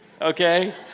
Okay